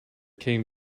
came